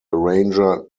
arranger